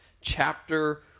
chapter